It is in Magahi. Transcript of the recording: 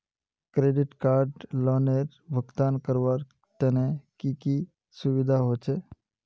क्रेडिट कार्ड लोनेर भुगतान करवार तने की की सुविधा होचे??